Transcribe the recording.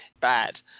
bad